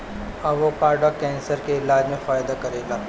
avocado cancer के इलाज में फायदा करेला